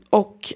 och